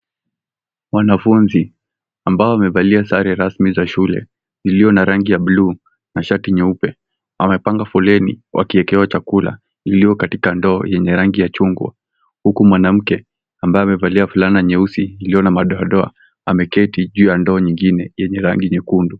Wanafunzi ambao wamevalia sare rasmi ya shule, iliyo na rangi ya bluu na shati nyeupe, wamepanga foleni wakiwekewa chakula iliyo katika ndoo lenye rangi ya chungwa, huku mwanamke ambaye amevalia fulana nyeusi iliyo na madoadoa ameketi juu ya ndoo nyingine yenye rangi nyekundu.